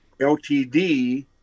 ltd